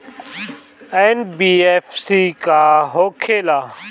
NBFC का होंखे ला?